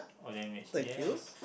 or damaged yes